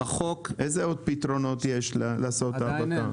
איזה עוד פתרונות יש לעשות האבקה?